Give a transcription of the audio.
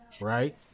right